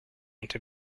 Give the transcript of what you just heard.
into